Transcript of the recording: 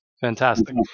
Fantastic